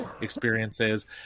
experiences